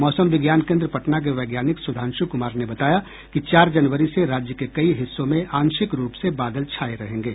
मौसम विज्ञान केन्द्र पटना के वैज्ञानिक सुधांशु कुमार ने बताया कि चार जनवरी से राज्य के कई हिस्सों में आंशिक रूप से बादल छाये रहेंगे